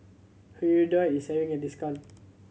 Hirudoid is having a discount